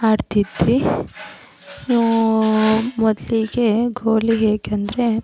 ಆಡ್ತಿದ್ವಿ ಮೊದಲಿಗೆ ಗೋಲಿ ಹೇಗಂದ್ರೆ